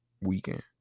weekend